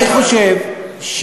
אני חושב,